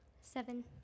Seven